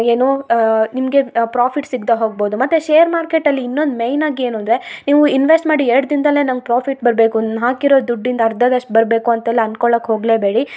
ಏನು ನಿಮಗೆ ಪ್ರಾಫಿಟ್ ಸಿಗ್ದೇ ಹೋಗ್ಬೋದು ಮತ್ತು ಶೇರ್ ಮಾರ್ಕೆಟಲ್ಲಿ ಇನ್ನೊಂದು ಮೇಯ್ನಾಗಿ ಏನು ಅಂದರೆ ನೀವು ಇನ್ವೆಸ್ಟ್ ಮಾಡಿ ಎರಡು ದಿನದಲ್ಲೇ ನಂಗೆ ಪ್ರಾಫಿಟ್ ಬರಬೇಕು ನಾನು ಹಾಕಿರೊ ದುಡ್ಡಿಂದ ಅರ್ಧದಷ್ಟು ಬರಬೇಕು ಅಂತೆಲ್ಲ ಅನ್ಕೊಳಕ್ಕೆ ಹೋಗಲೇಬೇಡಿ